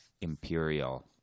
Imperial